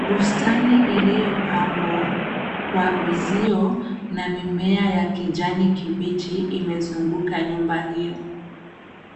Bustani iliyo pambwa kwa uzio na mimea ya kijani kibichi imezunguka nyumba hiyo.